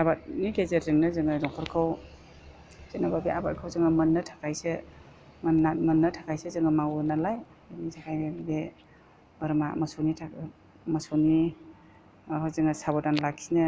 आबादनि गेजेरजोंनो जोङो न'खरखौ जेनेबा बे आबादखौ जोङो मोननो थाखाय मोननो थाखायसो जोङो मावो नालाय बेनि थाखायनो बे बोरमा मोसौनि थाखाय मोसौनि जोङो साबधान लाखिनो